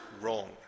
wrong